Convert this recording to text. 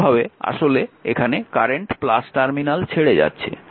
অন্যভাবে আসলে এখানে কারেন্ট টার্মিনাল ছেড়ে যাচ্ছে